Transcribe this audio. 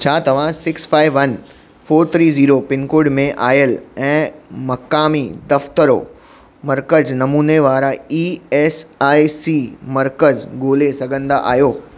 छा तव्हां six five one four three zero pincode में आयल ऐं मक़ामी दफ़्तरो मर्कज़ नमूने वारा ई ऐस आई सी मर्कज़ ॻोल्हे सघंदा आहियो